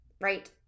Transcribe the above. right